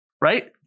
Right